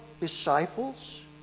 disciples